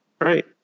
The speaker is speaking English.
Right